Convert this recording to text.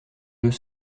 deux